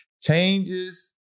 changes